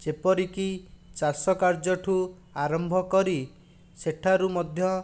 ଯେପରିକି ଚାଷ କାର୍ଯ୍ୟଠାରୁ ଆରମ୍ଭ କରି ସେଠାରୁ ମଧ୍ୟ